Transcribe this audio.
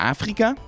Afrika